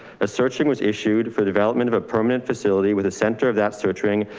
a searching was issued for development of a permanent facility with a center of that search ring.